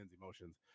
emotions